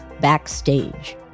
Backstage